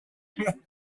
fut